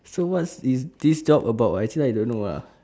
so what's is this job about actually I don't know ah